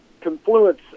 confluence